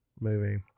movie